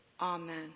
Amen